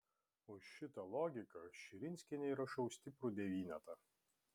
už šitą logiką aš širinskienei rašau stiprų devynetą